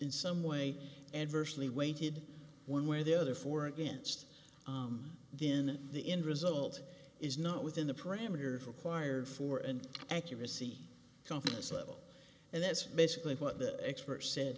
in some way adversely weighted one where the other for or against the in the end result is not within the parameters required for an accuracy confidence level and that's basically what the expert said